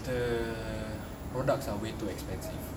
the products are way to expensive